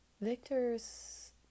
Victor's